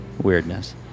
weirdness